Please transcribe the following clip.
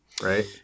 Right